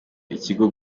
ikigo